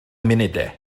munudau